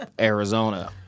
Arizona